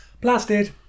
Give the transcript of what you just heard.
blasted